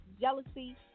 jealousy